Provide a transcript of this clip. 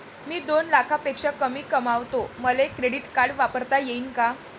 मी दोन लाखापेक्षा कमी कमावतो, मले क्रेडिट कार्ड वापरता येईन का?